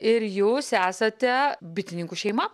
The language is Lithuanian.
ir jūs esate bitininkų šeima